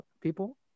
people